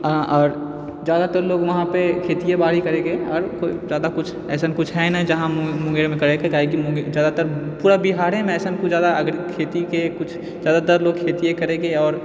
आओओर आओर जादातर लोग उहाँ पर खेतिये बाड़ी करैके आओर कोइ जादा किछु अइसन किछु हैय नहि जहाँ मुंग मुंगेरमे करैके काहेकि जादातर पूरा बिहारेमे ऐसन किछु खेतीके किछु जादातर लोग खेतीये करैके आओर